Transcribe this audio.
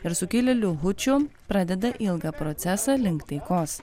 ir sukilėlių hučių pradeda ilgą procesą link taikos